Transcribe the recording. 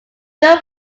feel